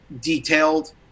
detailed